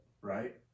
right